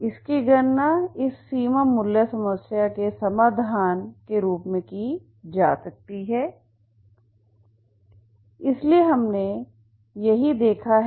इसकी गणना इस सीमा मूल्य समस्या के समाधान के रूप में की जा सकती है इसलिए हमने यही देखा है